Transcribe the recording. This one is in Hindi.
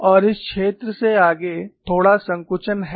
और इस क्षेत्र से आगे थोड़ा संकुचन है